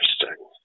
interesting